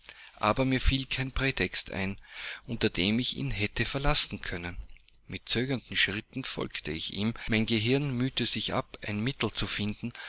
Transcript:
aber mir fiel kein prätext ein unter dem ich ihn hätte verlassen können mit zögernden schritten folgte ich ihm mein gehirn mühte sich ab ein mittel zu finden